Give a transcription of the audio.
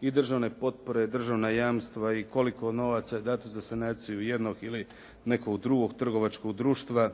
i državne potpore, državna jamstva i koliko novaca je dano za sanaciju jednog ili nekog drugog trgovačkog društva,